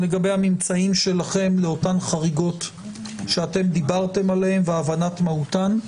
לגבי הממצאים שלכם לאותן חריגות שאתם דיברתם עליהן והבנת מהותן.